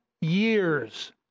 years